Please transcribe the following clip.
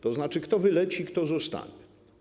To znaczy kto wyleci, kto zostanie?